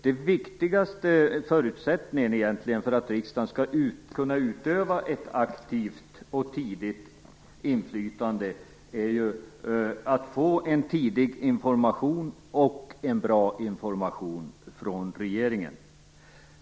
Den viktigaste förutsättningen för att riksdagen skall kunna utöva ett aktivt och tidigt inflytande är att få en tidig och bra information från regeringen.